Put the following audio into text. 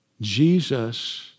Jesus